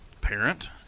parent